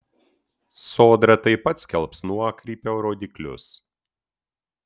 sodra taip pat skelbs nuokrypio rodiklius